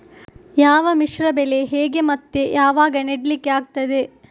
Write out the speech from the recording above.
ಯಾವ ಮಿಶ್ರ ಬೆಳೆ ಹೇಗೆ ಮತ್ತೆ ಯಾವಾಗ ನೆಡ್ಲಿಕ್ಕೆ ಆಗ್ತದೆ?